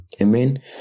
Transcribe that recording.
amen